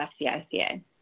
FCICA